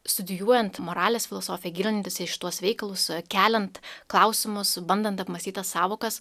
studijuojant moralės filosofiją gilintis į šituos veikalus keliant klausimus bandant apmąstyt tas sąvokas